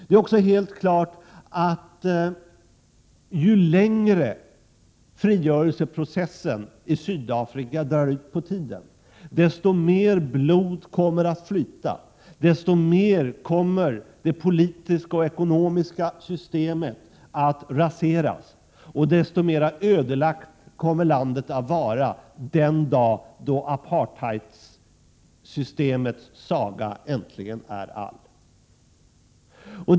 Det är också helt klart att ju längre frigörelseprocessen i Sydafrika drar ut på tiden, desto mer blod kommer att flyta, desto mer kommer det politiska och ekonomiska systemet att raseras och desto mer ödelagt kommer landet att vara den dag apartheidsystemets saga äntligen är all.